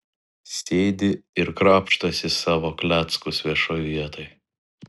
sėdi ir krapštosi savo kleckus viešoj vietoj